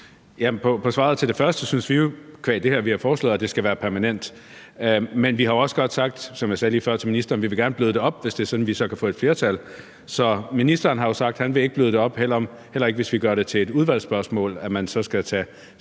jo, qua det, vi har foreslået, at det skal være permanent. Men vi vil jo også gerne, som jeg sagde lige før til ministeren, bløde det op, hvis det er sådan, at vi kan få et flertal. Så ministeren har jo sagt, at han ikke vil bløde det op, heller ikke hvis vi gør det til et udvalgsspørgsmål, som man så skal tage